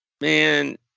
Man